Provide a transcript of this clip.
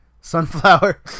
sunflower